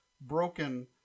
broken